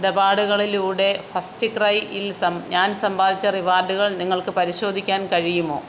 ഇടപാടുകളിലൂടെ ഫസ്റ്റ്ക്രൈയിൽ ഞാൻ സമ്പാദിച്ച റിവാർഡുകൾ നിങ്ങൾക്ക് പരിശോധിക്കാൻ കഴിയുമോ